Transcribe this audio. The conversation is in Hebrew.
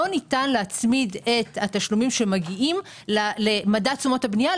לא ניתן להצמיד את התשלומים למדד תשומות הבנייה.